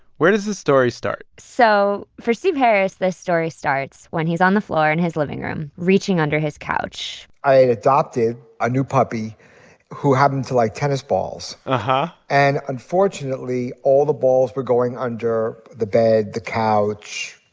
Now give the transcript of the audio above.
where does this story start so for steve harris, this story starts when he's on the floor in his living room, reaching under his couch i adopted a new puppy who happened to like tennis balls. and and unfortunately, all the balls were going under the bed, the couch,